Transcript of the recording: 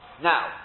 Now